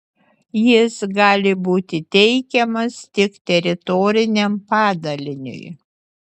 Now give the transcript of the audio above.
jis gali būti teikiamas tik teritoriniam padaliniui